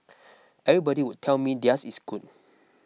everybody would tell me theirs is good